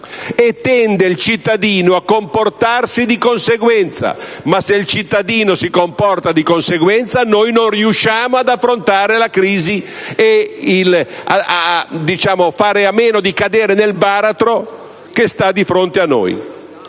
e tende a comportarsi di conseguenza. Ma se il cittadino si comporta di conseguenza noi non riusciamo ad affrontare la crisi e a fare a meno di cadere nel baratro che sta di fronte a noi.